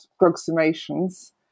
approximations